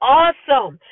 awesome